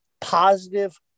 positive